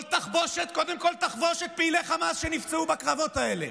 כל תחבושת קודם כול תחבוש את פעילי חמאס שנפצעו בקרבות האלה,